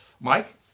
Mike